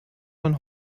man